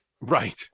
Right